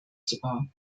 sogar